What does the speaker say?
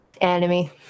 Enemy